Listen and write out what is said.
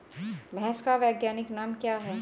भैंस का वैज्ञानिक नाम क्या है?